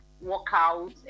workout